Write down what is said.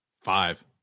Five